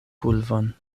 pulvon